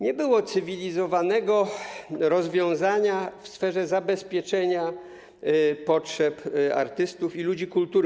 Nie było cywilizowanego rozwiązania w sferze zabezpieczenia potrzeb artystów i ludzi kultury.